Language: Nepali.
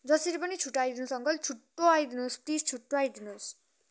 जसरी पनि छिटो आइदिनुहोस् अङ्कल छिटो आइदिनुहोस् प्लिज छिटो आइदिनुहोस्